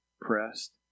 pressed